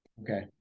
okay